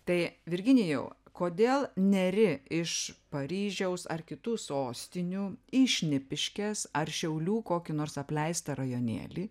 tai virginijau kodėl neri iš paryžiaus ar kitų sostinių į šnipiškes ar šiaulių kokį nors apleistą rajonėlį